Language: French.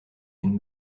une